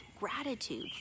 gratitude